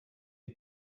est